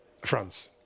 france